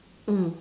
mm